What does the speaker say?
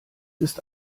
ist